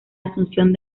asunción